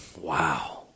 Wow